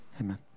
Amen